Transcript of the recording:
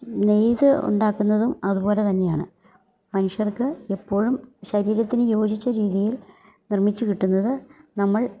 നെയ്ത് ഉണ്ടാക്കുന്നതും അതുപോലെ തന്നെയാണ് മനുഷ്യർക്ക് എപ്പോഴും ശരീരത്തിന് യോജിച്ച രീതിയിൽ നിർമ്മിച്ച് കിട്ടുന്നത് നമ്മൾ